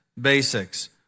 Basics